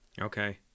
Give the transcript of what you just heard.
Okay